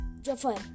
Jafar